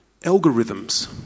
algorithms